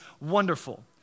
wonderful